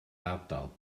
ardal